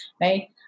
right